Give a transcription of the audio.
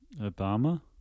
Obama